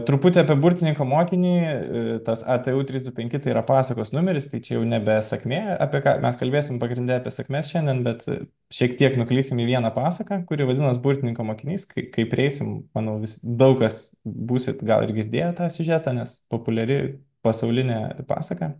truputį apie burtininko mokinį ir tas atėjau trys du penki tai yra pasakos numeris tai čia jau nebe sakmė apie ką mes kalbėsim pagrinde apie sakmes šiandien bet šiek tiek nuklysim į vieną pasaką kuri vadinasi burtininko mokinys kai prieisime manau visi daug kas būsite gal ir girdėtą siužetą nes populiari pasaulinė pasaka